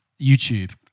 YouTube